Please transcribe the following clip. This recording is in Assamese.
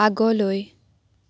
আগলৈ